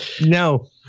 No